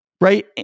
Right